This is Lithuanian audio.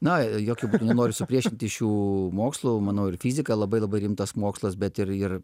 na jokiu būdu nenoriu supriešinti šių mokslų manau ir fizika labai labai rimtas mokslas bet ir ir